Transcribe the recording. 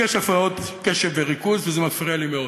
לי יש הפרעות קשב וריכוז, וזה מפריע לי מאוד.